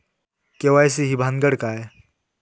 KYC ही भानगड काय?